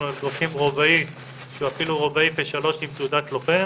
אנחנו דורשים רובאי שהוא אפילו רובאי 03 עם תעודת לוחם.